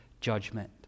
judgment